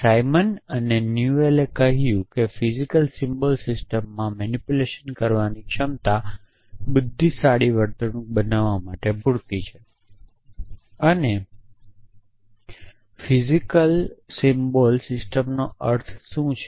સાઇમન અને ન્યુએલએ કહ્યું કે ફિજિકલ સિમ્બલ્સ સિસ્ટમોમાં મેનીપુલેશન કરવાની ક્ષમતા બુદ્ધિશાળી વર્તણૂક બનાવવા માટે પૂરતી છે અને ફિજિકલ સિમ્બલ્સ સિસ્ટમોનો અર્થ શું છે